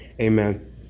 Amen